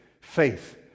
faith